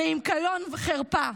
ועם קלון וחרפה".